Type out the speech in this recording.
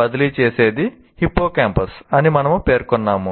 బదిలీ చేసేది హిప్పోకాంపస్ అని మనము పేర్కొన్నాము